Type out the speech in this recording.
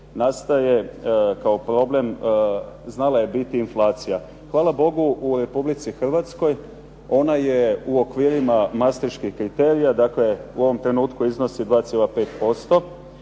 nastaje kao problem znala je biti inflacija. Hvala Bogu u Republici Hrvatskoj ona je u okvirima mastriških kriterija, dakle u ovom trenutku iznosi 2,5%.